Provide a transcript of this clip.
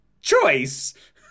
choice